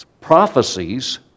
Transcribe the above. prophecies